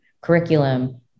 curriculum